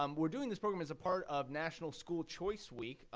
um we're doing this program as a part of national school choice week.